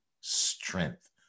strength